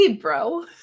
bro